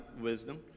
wisdom